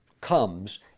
comes